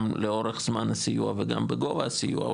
גם לאורך זמן הסיוע וגם בגובה הסיוע,